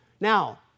Now